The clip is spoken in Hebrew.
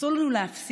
אסור לנו להפסיק